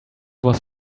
was